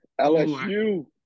LSU